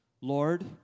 Lord